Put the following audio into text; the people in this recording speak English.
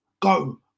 go